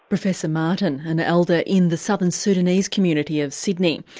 professor martin, an elder in the southern sudanese community of sydney.